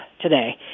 today